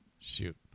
Shoot